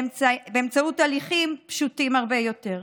באמצעות הליכים פשוטים הרבה יותר,